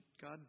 God